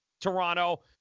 Toronto